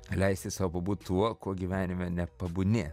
leisti sau pabūt tuo kuo gyvenime nepabūni